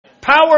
Power